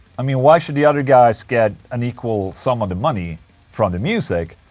i mean, why should the other guys get an equal sum of the money from the music?